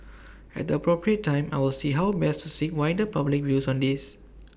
at the appropriate time I will see how best to seek wider public views on this